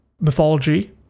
mythology